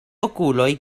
okuloj